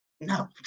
No